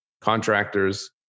contractors